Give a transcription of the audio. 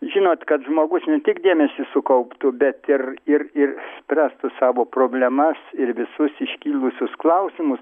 žinot kad žmogus ne tik dėmesį sukauptų bet ir ir ir spręstų savo problemas ir visus iškilusius klausimus